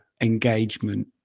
engagement